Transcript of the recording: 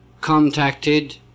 contacted